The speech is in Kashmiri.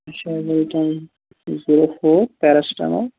اَسہِ زیٖروٗ فور پیٚرسٹٕمال